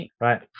right